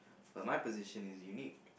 uh my position is unique